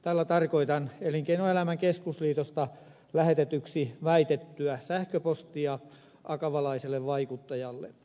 tällä tarkoitan elinkeinoelämän keskusliitosta lähetetyksi väitettyä sähköpostia akavalaiselle vaikuttajalle